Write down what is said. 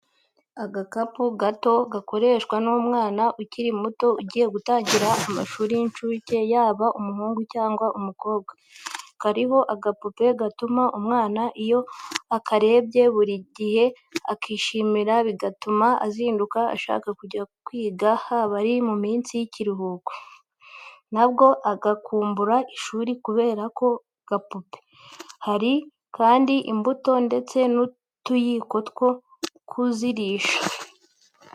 Agakapu gato gakoreshwa n'umwana ukiri muto ugiye gutangira amashuri y'incuke yaba umuhungu cyangwa umukobwa, kariho agapupe gatuma umwana iyo akarebye buri gihe akishimira bigatuma azinduka ashaka kujya kwiga haba ari mu minsi y'ikiruhuko, nabwo agakumbura ishuri kubera ako gakapu. Hari kandi imbuto ndetse n'utuyiko two kuzirisha.